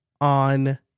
on